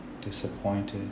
disappointed